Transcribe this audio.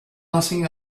nothing